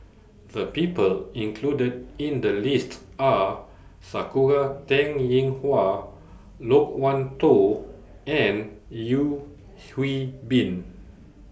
The People included in The list Are Sakura Teng Ying Hua Loke Wan Tho and Yeo Hwee Bin